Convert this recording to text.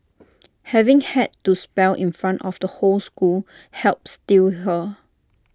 having had to spell in front of the whole school helped steel her